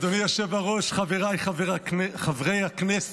אדוני היושב-ראש, חבריי חברי הכנסת,